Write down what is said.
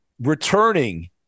returning